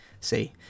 see